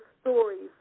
stories